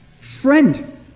Friend